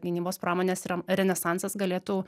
gynybos pramonės ren renesansas galėtų